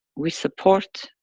we support,